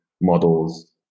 models